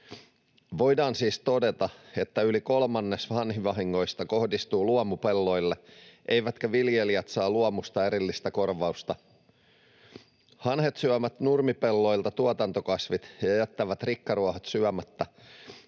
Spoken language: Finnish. Voidaan siis todeta, että yli kolmannes hanhivahingoista kohdistuu luomupelloille eivätkä viljelijät saa luomusta erillistä korvausta. Hanhet syövät nurmipelloilta tuotantokasvit ja jättävät rikkaruohot syömättä,